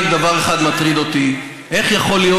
רק דבר אחד מטריד אותי: איך יכול להיות